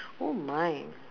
oh my